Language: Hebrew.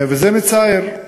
וזה מצער.